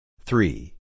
Three